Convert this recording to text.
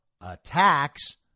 attacks